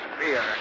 fear